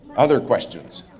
other questions.